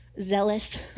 zealous